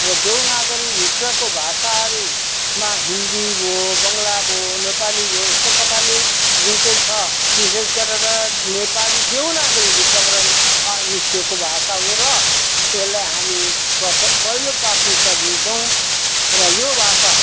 र देवनागरीको भित्रको भाषाहरूमा हिन्दी भयो बङ्गला भयो नेपाली भयो यस्तो प्रकारले जुन चाहिँ छ विशेष गरेर नेपाली देवनागरीभित्रबाट निस्किएको भाषा हो र यसलाई हामी प्रथ पहिलो प्राथमिकता दिन्छौँ र यो भाषा